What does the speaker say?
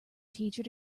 teacher